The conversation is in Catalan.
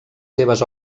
seves